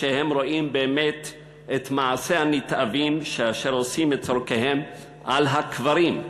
כשהם רואים באמת את מעשי הנתעבים אשר עושים את צורכיהם על הקברים.